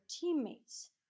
teammates